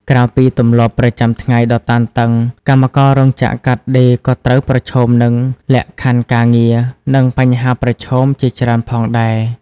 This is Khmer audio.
ក្រៅពីទម្លាប់ប្រចាំថ្ងៃដ៏តានតឹង កម្មកររោងចក្រកាត់ដេរក៏ត្រូវប្រឈមនឹង លក្ខខណ្ឌការងារ និងបញ្ហាប្រឈម ជាច្រើនផងដែរ។